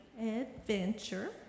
adventure